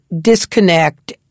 disconnect